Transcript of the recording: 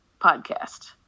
podcast